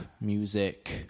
Music